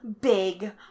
Big